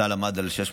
הסל עמד על 650